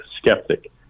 skeptic